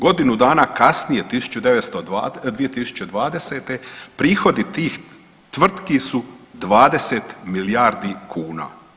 Godinu dana kasnije 2020., prihodi tih tvrtki su 20 milijardi kuna.